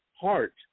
heart